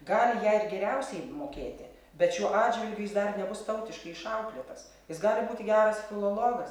gali ją ir geriausiai mokėti bet šiuo atžvilgiu jis dar nebus tautiškai išauklėtas jis gali būti geras filologas ir